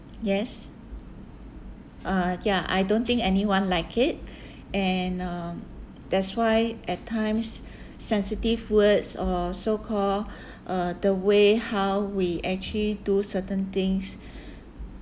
yes uh ya I don't think anyone like it and uh that's why at times sensitive words or so-called uh the way how we actually do certain things